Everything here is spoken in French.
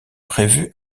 prévue